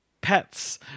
pets